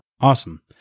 Awesome